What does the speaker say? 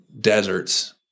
deserts